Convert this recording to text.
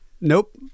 Nope